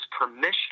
permission